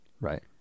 Right